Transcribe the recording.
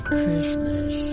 Christmas